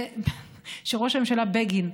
שראש הממשלה בגין,